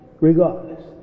regardless